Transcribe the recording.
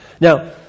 Now